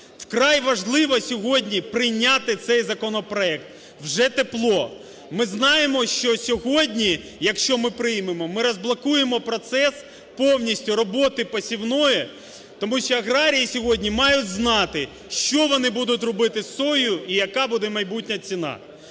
вкрай важливо сьогодні прийняти цей законопроект, вже тепло. Ми знаємо, що сьогодні, якщо ми приймемо, ми розблокуємо процес повністю роботи посівної, тому що аграрії сьогодні мають знати, що вони будуть робити з соєю і яка буде майбутня ціна.